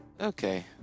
Okay